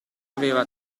aveva